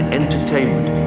entertainment